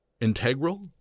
integral